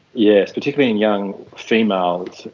yes, particularly in young females.